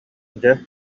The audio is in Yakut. дьэ